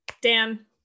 Dan